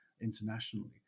internationally